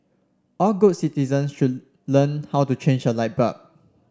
all good citizens should learn how to change a light bulb